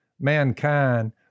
mankind